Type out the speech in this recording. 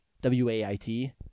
W-A-I-T